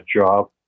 job